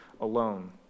alone